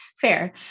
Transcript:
Fair